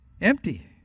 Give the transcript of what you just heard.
empty